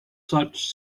such